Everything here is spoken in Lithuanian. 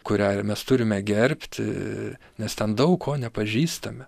kurią mes turime gerbti nes ten daug ko nepažįstame